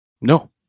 No